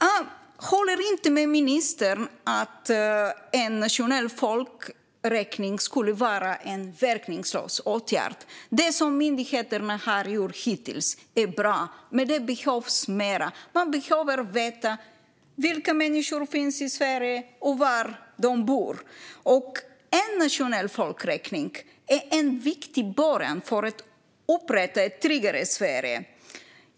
Jag håller inte med ministern om att en nationell folkräkning skulle vara en verkningslös åtgärd. Det som myndigheterna har gjort hittills är bra, men det behövs mer. Man behöver veta vilka människor som finns i Sverige och var de bor. En nationell folkräkning är en viktig början för att upprätta ett tryggare Sverige.